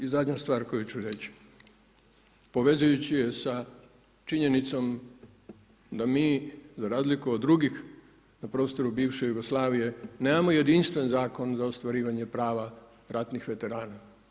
I zadnja stvar koju ću reći, povezujući je sa činjenicom, da mi za razliku od drugih prostoru bivše Jugoslavije nemamo jedinstven zakon za ostvarivanje prava ratnih veterana.